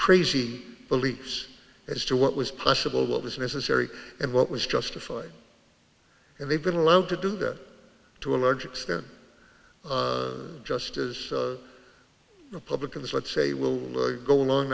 crazy beliefs as to what was possible what was necessary and what was justified and they've been allowed to do that to a large extent just as republicans would say we'll go along